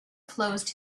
closed